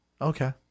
Okay